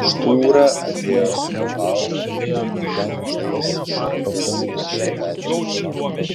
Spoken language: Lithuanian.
štūra atėjo su paupiui tinkamais šortais ir šlepetėmis